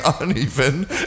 uneven